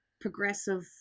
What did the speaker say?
progressive